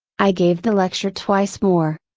i gave the lecture twice more.